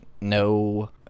no